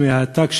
סכומי העתק,